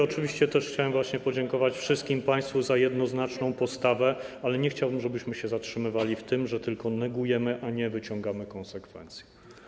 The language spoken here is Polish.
Oczywiście też chciałem podziękować wszystkim państwu za jednoznaczną postawę, ale nie chciałbym, żebyśmy się zatrzymywali na tym, że tylko negujemy, a nie wyciągamy konsekwencji.